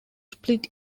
split